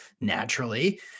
naturally